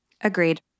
Agreed